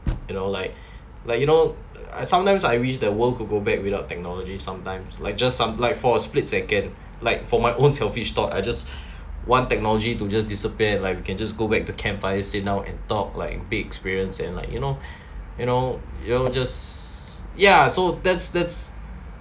you know like like you know I sometimes I wish the world could go back without technology sometimes like just some light for a split second like for my own selfish thought I just want technology to just disappear like we can just go back to campfire sit down and talk like a big experience and like you know you know you know just ya so that's that's